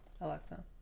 Alexa